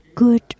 Good